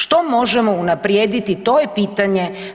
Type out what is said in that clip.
Što možemo unaprijediti to je pitanje?